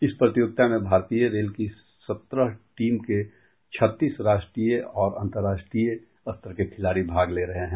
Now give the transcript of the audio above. इस प्रतियोगिता में भारतीय रेल की सत्रह टीम के छत्तीस राष्ट्रीय औ अंतर्राष्ट्रीय स्तर के खिलाड़ी भाग ले रहे हैं